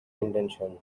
intention